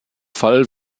fall